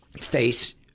face